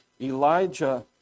Elijah